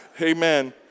Amen